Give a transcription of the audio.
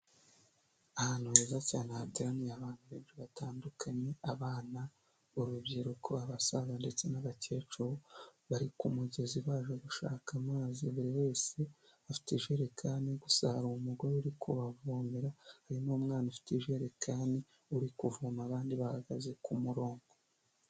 Ahantu heza cyane hateraniye abantu benshi batandukanye, abana, urubyiruko, abasaza ndetse n'abakecuru, bari ku mugezi baje gushaka amazi, buri wese afite ijerekani gusa hari umugore uri kubavomera, hari n'umwana ufite ijerekani uri kuvoma, abandi bahagaze ku murongo.